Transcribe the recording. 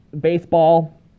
baseball